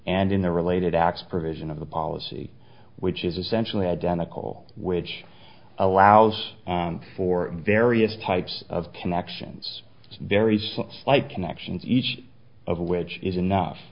and in the related acts provision of the policy which is essentially identical which allows for various types of connections very slight connections each of which is enough